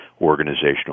organizational